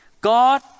God